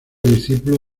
discípulo